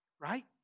right